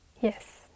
Yes